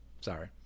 Sorry